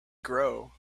grow